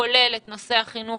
כולל נושא החינוך